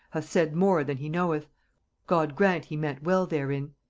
hath said more than he knoweth, god grant he meant well therein.